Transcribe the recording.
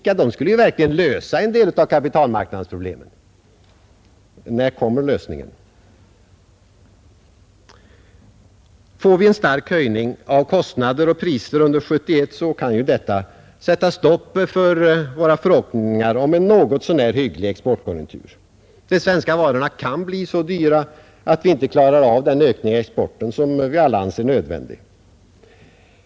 Kommittén skulle ju verkligen lösa en del av kapitalmarknadens problem. När kommer lösningen? Får vi en stark höjning av kostnader och priser under 1971, kan detta sätta stopp för våra förhoppningar om en något så när god exportkonjunktur. De svenska varorna kan bli så dyra, att vi inte klarar av den ökning i exporten som vi alla anser nödvändig.